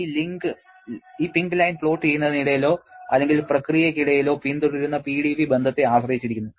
ഈ pink line plot ചെയ്യുന്നതിനിടയിലോ അല്ലെങ്കിൽ പ്രക്രിയയ്ക്കിടയിലോ പിന്തുടരുന്ന PdV ബന്ധത്തെ ആശ്രയിച്ചിരിക്കുന്നു